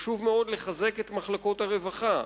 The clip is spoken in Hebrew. חשוב מאוד לחזק את מחלקות הרווחה,